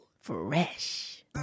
fresh